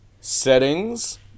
Settings